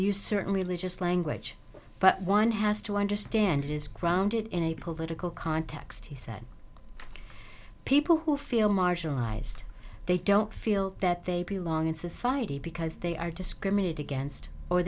use certain religious language but one has to understand is grounded in a political context he said people who feel marginalized they don't feel that they belong in society because they are discriminated against or